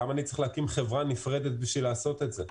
למה אני צריך להקים חברה נפרדת בשביל לעשות את זה?